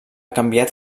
canviat